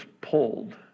pulled